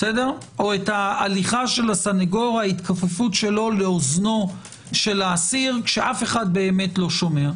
או את ההתכופפות של הסנגור לאוזנו של האסיר כשאף אחד באמת לא שומע.